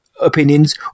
opinions